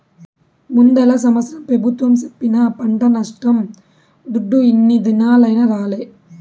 ముందల సంవత్సరం పెబుత్వం సెప్పిన పంట నష్టం దుడ్డు ఇన్ని దినాలైనా రాలే